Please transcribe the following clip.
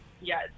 Yes